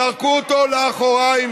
זרקו אותו לאחוריים.